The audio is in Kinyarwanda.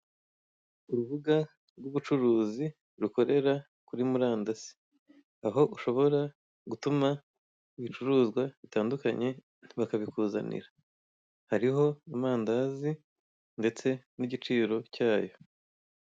Urubuga rw'ubucuruzi, rukorera kuri murandasi. Aho ushobora gutuma ibicuruzwa bitandukanye, bakabikuzanira. Hariho amandazi ndetse n'igiciro cyayo.